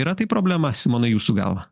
yra tai problema simonai jūsų galva